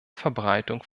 verbreitung